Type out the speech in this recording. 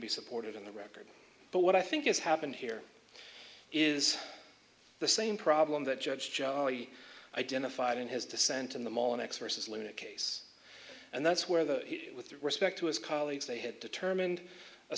be supported in the record but what i think is happened here is the same problem that judge joey identified in his dissent in the mall an exorcist luna case and that's where the with respect to his colleagues they had determined a